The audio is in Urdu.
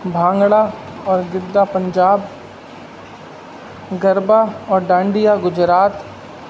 بھانگڑا اور گدا پنجاب گربا اور ڈانڈیا گجرات